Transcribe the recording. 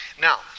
Now